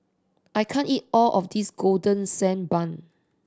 I can't eat all of this Golden Sand Bun